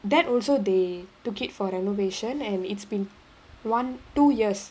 that also they took it for renovation and it's been one two years